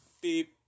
Beep